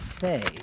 say